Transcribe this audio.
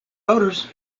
voters